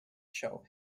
show